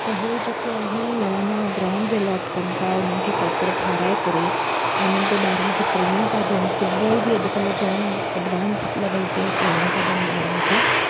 त इहे जेके आहिनि नवां नवां ग्राउंड्स अलॉट कनि था उन्हनि खे प्रॉपर ठाराइ करे ऐं उन्हनि ते ॿारनि खे ट्रेनिंग था ॾियनि फुटबॉल बि अॼु कल्ह जाम एडवांस लेवल ते ट्रेनिंग था ॾियनि ॿारनि खे